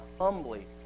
humbly